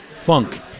funk